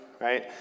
right